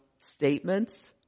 statements